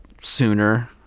sooner